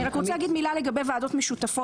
אני רק רוצה להגיד מילה לגבי ועדות משותפות,